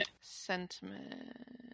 Sentiment